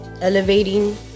elevating